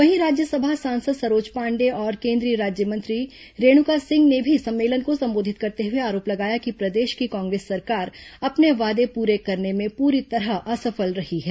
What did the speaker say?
वहीं राज्यसभा सांसद सरोज पांडेय और केंद्रीय राज्यमंत्री रेणुका सिंह ने भी सम्मलेन को संबोधित करते हुए आरोप लगाया कि प्रदेश की कांग्रेस सरकार अपने वादे पूरे करने में पूरी तरह असफल रही है